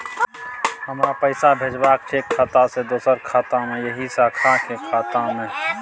हमरा पैसा भेजबाक छै एक खाता से दोसर खाता मे एहि शाखा के खाता मे?